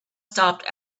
stopped